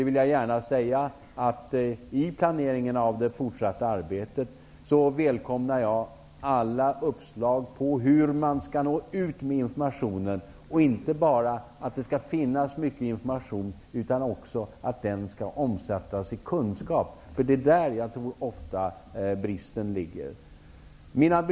I planeringen av det fortsatta arbetet välkomnar jag alla uppslag om hur man skall nå ut med information. Det skall inte bara finnas mycket information, utan den måste också omsättas i kunskap. Det är nog där som bristen ofta ligger.